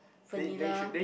vanilla